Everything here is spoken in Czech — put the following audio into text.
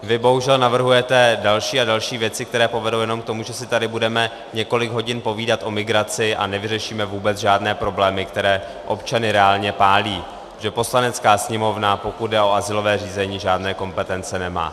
Vy bohužel navrhujete další a další věci, které povedou jenom k tomu, že si tady budeme několik hodin povídat o migraci a nevyřešíme vůbec žádné problémy, které občany reálně pálí, že Poslanecká sněmovna, pokud jde o azylové řízení, žádné kompetence nemá.